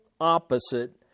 opposite